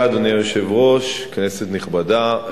אדוני היושב-ראש, תודה, כנסת נכבדה,